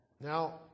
Now